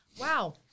Wow